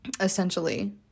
essentially